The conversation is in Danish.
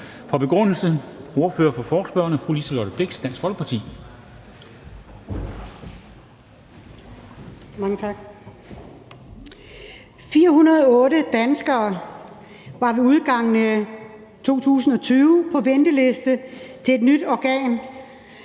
408 danskere var ved udgangen af 2020 på venteliste til et nyt organ,